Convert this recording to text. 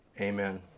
amen